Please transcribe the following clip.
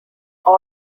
all